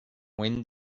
when